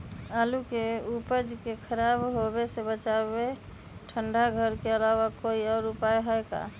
आलू के उपज के खराब होवे से बचाबे ठंडा घर के अलावा कोई और भी उपाय है का?